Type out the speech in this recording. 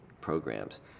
programs